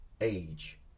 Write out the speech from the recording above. age